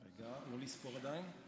רגע, לא לספור עדיין.